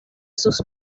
sus